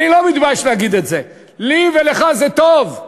אני לא מתבייש להגיד את זה, לי ולך זה טוב.